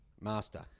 Master